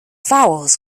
vowels